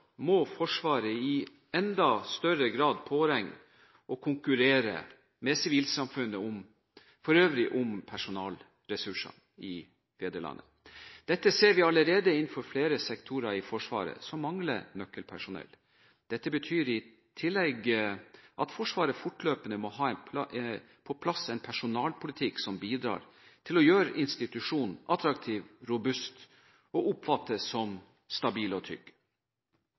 må Forsvaret i enda større grad påregne å konkurrere med sivilsamfunnet om personalressurser i fedrelandet. Dette ser vi allerede innenfor flere sektorer i Forsvaret som mangler nøkkelpersonell. Dette betyr i tillegg at Forsvaret fortløpende må ha på plass en personalpolitikk som bidrar til å gjøre institusjonen attraktiv og robust, og at den oppfattes som stabil og trygg.